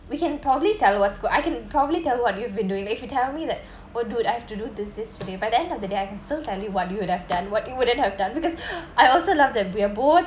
we can probably tell what's go~ I can probably tell what you've been doing if you tell me that or do I have to do this this today by the end of the day I can still tell you what you would have done what you wouldn't have done because I also love that we're both